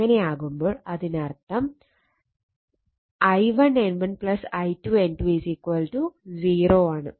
അങ്ങനെയാവുമ്പോൾ ഇതിനർത്ഥം I1 N1 I2 N2 0 ആണ്